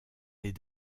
des